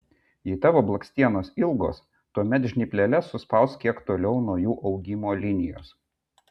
jei tavo blakstienos ilgos tuomet žnypleles suspausk kiek toliau nuo jų augimo linijos